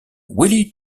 willy